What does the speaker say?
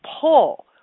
pull